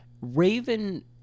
Raven